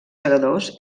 segadors